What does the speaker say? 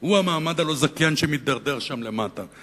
הוא המעמד הלא-זכיין שמידרדר שם למטה.